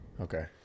Okay